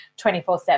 24-7